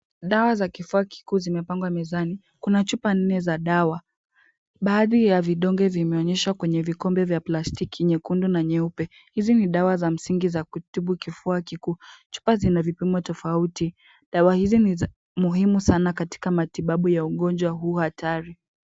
Dawa za kifua zimepangwa mezani, kuna chupa nne za dawa, baadhi ya vidonge vimeonyeshwa kwenye vikundi vya plastiki nyekundu na nyeupe. Hizi ni dawa za msingi za kutubu kifua kikuu. Chupa zinazopimwa tofauti. Dawa hizi ni za muhimu sana katika matibabu ya ugonjwa huu hatari.